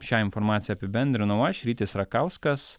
šią informaciją apibendrinau aš rytis rakauskas